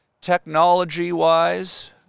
technology-wise